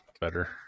better